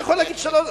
אתה יכול להגיד שלא.